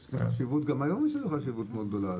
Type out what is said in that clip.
גם היום יש לזה חשיבות מאוד גדולה.